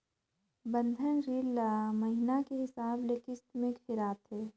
बंधन रीन ल महिना के हिसाब ले किस्त में फिराथें